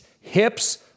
hips